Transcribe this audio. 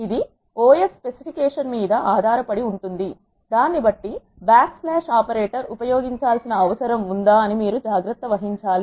ఇది OS specification మీద ఆధారపడి ఉంటుంది దాన్ని బట్టి బ్యాక్ స్లాష్ ఆపరేటర్ ఉపయోగించాల్సిన అవసరం ఉందా అని మీరు జాగ్రత్త వహించాలి